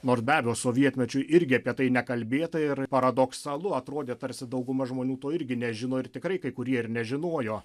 nors be abejo sovietmečiu irgi apie tai nekalbėta ir paradoksalu atrodė tarsi dauguma žmonių to irgi nežino ir tikrai kai kurie ir nežinojo